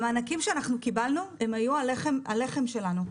המענקים שאנחנו קיבלנו היו הלחם שלנו.